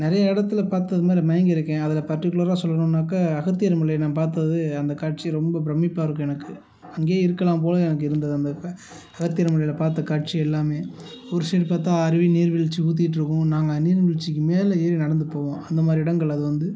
நிறைய இடத்துல பார்த்து அது மாதிரி மயங்கியிருக்கேன் அதில் பர்டிகுலராக சொல்லணுனாக்கா அகத்தியர் மலையை நான் பார்த்தது அந்த காட்சி ரொம்ப பிரமிப்பாக இருக்கும் எனக்கு அங்கேயே இருக்கலாம் போல் எனக்கு இருந்தது அந்த ஃப அகத்தியர் மலையில் பார்த்த காட்சி எல்லாமே ஒரு சைடு பார்த்தா அருவி நீர்வீழ்ச்சி ஊற்றிட்ருக்கும் நாங்கள் நீர்வீழ்ச்சிக்கு மேலே ஏறி நடந்து போவோம் அந்த மாதிரி இடங்கள் அது வந்து